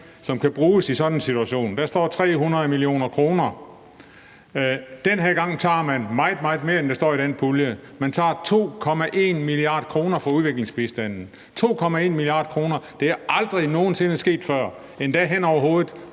som kan bruges i sådan en situation. Der står 300 mio. kr. Den her gang tager man meget, meget mere, end der står i den pulje. Man tager 2,1 mia. kr. fra udviklingsbistanden – 2,1 mia. kr.! Det er aldrig nogen sinde sket før, og det er endda